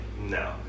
No